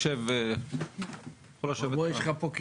בבקשה.